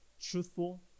truthful